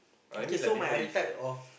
okay so my ideal type of